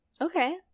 Okay